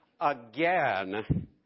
again